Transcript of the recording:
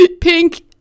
pink